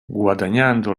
guadagnando